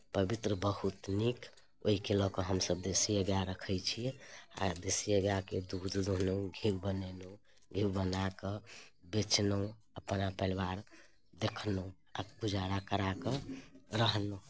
पवित्र बहुत नीक ओहिके लऽ कऽ हम सभ देशीए गाय रखैत छियै देशीए गायके दूध दूहलहुँ घी बनेलहुँ घी बना कऽ बेचलहुँ अपना परिवार देखलहुँ गुजारा करा कऽ रहलहुँ